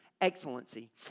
Excellency